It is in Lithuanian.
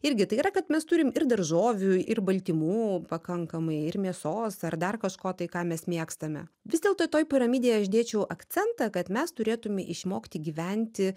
irgi tai yra kad mes turim ir daržovių ir baltymų pakankamai ir mėsos ar dar kažko tai ką mes mėgstame vis dėlto toj piramidėj aš dėčiau akcentą kad mes turėtume išmokti gyventi